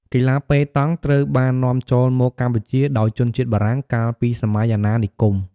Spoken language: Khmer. កីឡាប៉េតង់ត្រូវបាននាំចូលមកកម្ពុជាដោយជនជាតិបារាំងកាលពីសម័យអាណានិគម។